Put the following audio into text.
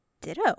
Ditto